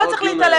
זה לא הדיון היום.